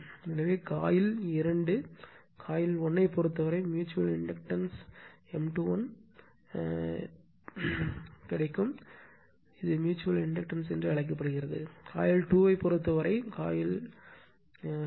எனவே coil 2 coil 1 ஐப் பொறுத்தவரை ம்யூச்சுவல் இண்டக்டன்ஸ் எம் 2 1 எப்போது எம் 2 1 ஐ எழுதுங்கள் இது ம்யூச்சுவல் இண்டக்டன்ஸ் என்று அழைக்கப்படுகிறது காயில் 2 ஐப் பொறுத்தவரை காயில் 2